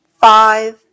five